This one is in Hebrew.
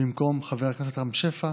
במקום חבר הכנסת רם שפע.